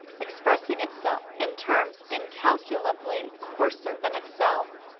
expressing itself in terms incalcu lably coarser than itself,